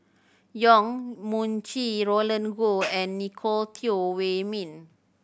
Yong Mun Chee Roland Goh and Nicolette Teo Wei Min